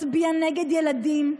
מצביע נגד ילדים,